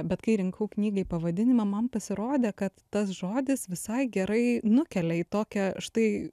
bet kai rinkau knygai pavadinimą man pasirodė kad tas žodis visai gerai nukelia į tokią štai